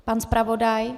Pan zpravodaj?